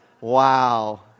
Wow